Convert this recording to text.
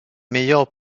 meilleures